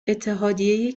اتحادیه